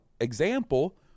example